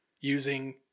using